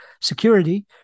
security